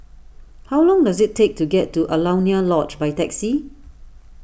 how long does it take to get to Alaunia Lodge by taxi